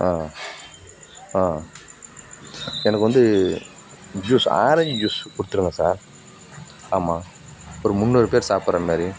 ஆ ஆ எனக்கு வந்து ஜூஸ் ஆரெஞ்ச் ஜூஸ் கொடுத்துருங்க சார் ஆமாம் ஒரு முந்நூறு பேர் சாப்பிட்ற மாரி